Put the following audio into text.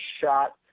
shot